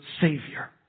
Savior